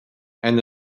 and